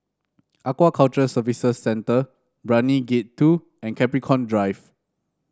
Aquaculture Services Centre Brani Gate Two and Capricorn Drive